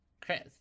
Chris